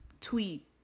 tweet